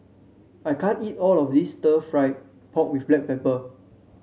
I can't eat all of this stir fry pork with Black Pepper